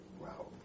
wow